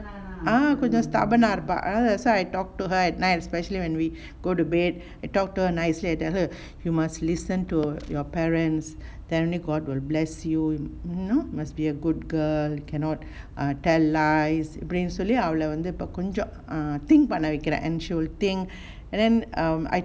stubborn ah that's why I talk to her at night especially when we go to bed I talk to her nicely I tell her you must listen to your parents then only god will bless you you know must be a good girl cannot err tell lies இப்டின்னு சொல்லி இப்ப கொஞ்சம் அவள:ipdinnu solli ippa konjam avala err think பண்ண வெக்கிறேன்:panna vekkiren and she'll think and then um I